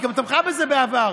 היא גם תמכה בזה בעבר.